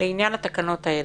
לעניין התקנות האלה,